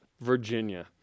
Virginia